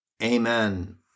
Amen